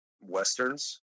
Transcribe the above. westerns